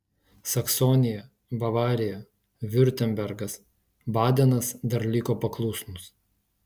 saksonija bavarija viurtembergas badenas dar liko paklusnūs